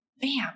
Bam